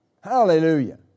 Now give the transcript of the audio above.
Hallelujah